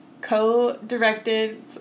co-directed